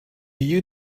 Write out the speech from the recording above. you